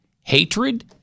hatred